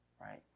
right